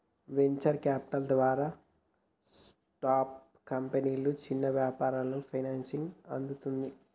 venture capital ద్వారా startup కంపెనీలు, చిన్న వ్యాపారాలకు ఫైనాన్సింగ్ అందుతది